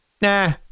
nah